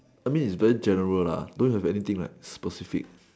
I mean is very general don't have anything like specific